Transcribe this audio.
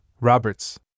Roberts